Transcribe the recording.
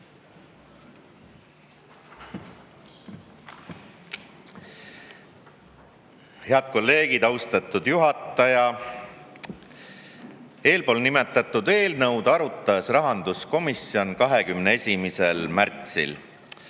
Head kolleegid! Austatud juhataja! Nimetatud eelnõu arutas rahanduskomisjon 21. märtsil